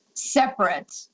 separate